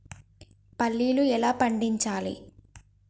పల్లీలు ఎలా పండించాలి?